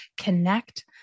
connect